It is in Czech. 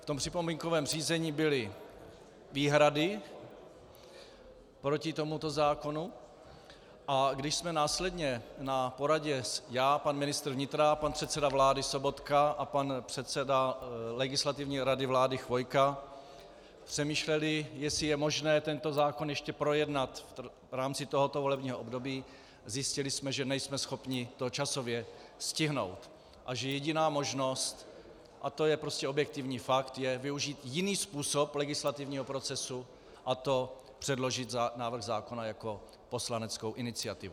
V tom připomínkovém řízení byly výhrady proti tomuto zákonu, a když jsme následně na poradě já, pan ministr vnitra a pan předseda vlády Sobotka a pan předseda Legislativní rady vlády Chvojka přemýšleli, jestli je možné tento zákon ještě projednat v rámci tohoto volebního období, zjistili jsme, že nejsme schopni to časově stihnout a že jediná možnost, a to je objektivní fakt, je využít jiný způsob legislativního procesu, a to předložit návrh zákona jako poslaneckou iniciativu.